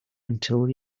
until